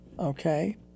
okay